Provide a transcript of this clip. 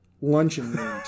luncheon